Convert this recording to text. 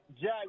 Jack